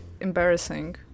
Embarrassing